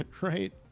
Right